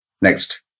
Next